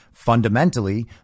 Fundamentally